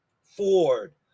Ford